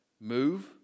move